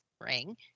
ring